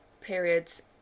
periods